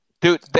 Dude